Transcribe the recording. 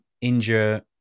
injure